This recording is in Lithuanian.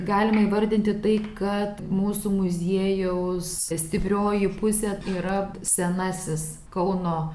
galima įvardyti tai kad mūsų muziejaus stiprioji pusė yra senasis kauno